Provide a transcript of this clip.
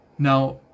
Now